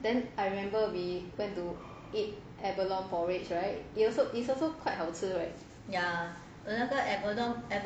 then I remember we went to eat abalone porridge right it's also it's also quite 好吃 right